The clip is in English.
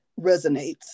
resonates